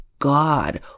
God